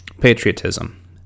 patriotism